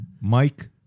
Mike